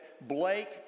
Blake